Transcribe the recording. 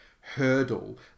hurdle